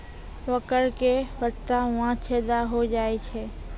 मकर के पत्ता मां छेदा हो जाए छै?